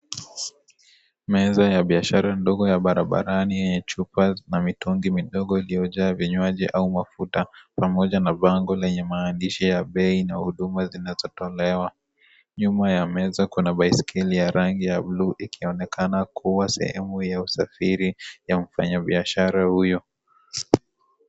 Meza ya biashara ndogo ya barabarani yenye chupa na mitungi midogo iliyojaa vinywaji au mafuta, pamoja na bango lenye maandishi ya bei na huduma zinazotolewa. Nyuma ya meza kuna baiskeli ya rangi ya bluu ikionekana kuwa sehemu ya usafiri ya mfanyabiashara huyo.